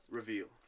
Reveal